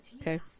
Okay